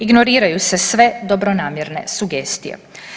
Ignoriraju se sve dobronamjerne sugestije.